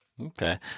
Okay